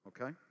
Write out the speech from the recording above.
okay